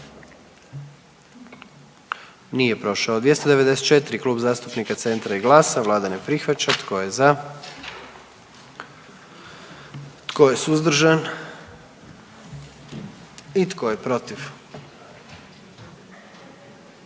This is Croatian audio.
dio zakona. 44. Kluba zastupnika SDP-a, vlada ne prihvaća. Tko je za? Tko je suzdržan? Tko je protiv?